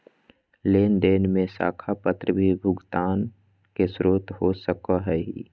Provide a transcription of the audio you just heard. लेन देन में साख पत्र भी भुगतान के स्रोत हो सको हइ